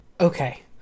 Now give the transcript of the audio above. Okay